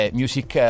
music